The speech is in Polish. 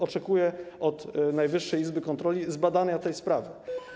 Oczekuję od Najwyższej Izby Kontroli zbadania tej sprawy.